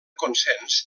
consens